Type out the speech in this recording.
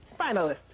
finalist